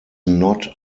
not